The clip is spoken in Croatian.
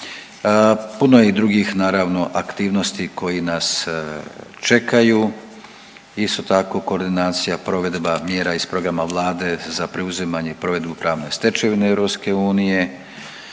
Puno je drugih, naravno, aktivnosti koje nas čekaju, isto tako koordinacija, provedba mjera iz programa Vlade za preuzimanje i provedbu pravne stečevine EU,